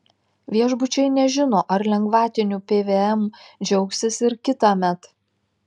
viešbučiai nežino ar lengvatiniu pvm džiaugsis ir kitąmet